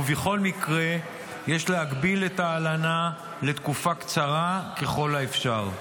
ובכל מקרה יש להגביל את ההלנה לתקופה קצרה ככול האפשר.